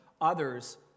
others